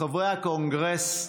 חברי הקונגרס,